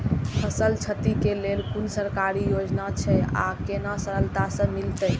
फसल छति के लेल कुन सरकारी योजना छै आर केना सरलता से मिलते?